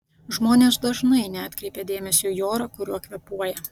žmonės dažnai neatkreipia dėmesio į orą kuriuo kvėpuoja